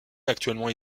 actuellement